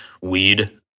weed